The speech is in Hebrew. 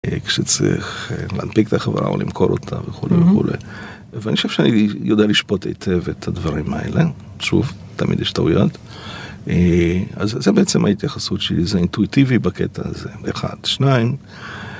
כשצריך להנפיק את החברה או למכור אותה וכולי וכולי ואני חושב שאני יודע לשפוט היטב את הדברים האלה שוב, תמיד יש טעויות אז זה בעצם ההתייחסות שלי זה אינטואיטיבי בקטע הזה אחד, שניים